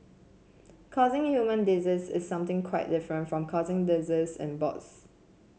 causing human disease is something quite different from causing disease in boss